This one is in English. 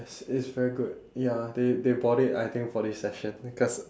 it's it's very good ya they they bought it I think for this session because